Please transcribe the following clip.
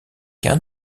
qu’un